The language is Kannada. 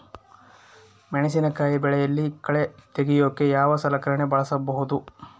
ಮೆಣಸಿನಕಾಯಿ ಬೆಳೆಯಲ್ಲಿ ಕಳೆ ತೆಗಿಯೋಕೆ ಯಾವ ಸಲಕರಣೆ ಬಳಸಬಹುದು?